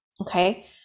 okay